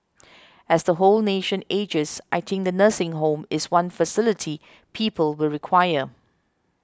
as the whole nation ages I think the nursing home is one facility people will require